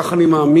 כך אני מאמין,